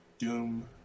Doom